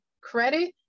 credit